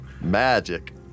Magic